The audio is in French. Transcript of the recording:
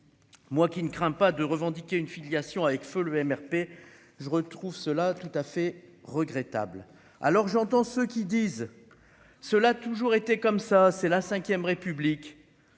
Moi qui ne craint pas de revendiquer une filiation avec feu le MRP se retrouve cela tout à fait regrettable, alors j'entends ceux qui disent cela toujours été comme ça, c'est la 5ème République